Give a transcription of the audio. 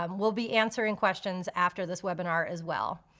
um we'll be answering questions after this webinar as well.